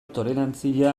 tolerantzia